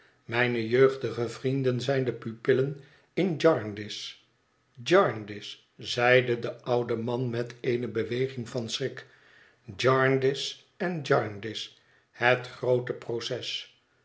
mijne jeugdige vrienden zijn de pupillen in jarndyce jarndyce zeide de oude man met eene beweging van schrik jarndyce en jarndyce het grpote proces